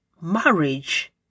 marriage